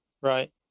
right